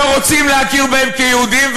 שלא רוצים להכיר בהם כיהודים,